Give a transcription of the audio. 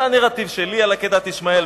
זה הנרטיב שלי על עקדת ישמעאל.